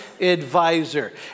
advisor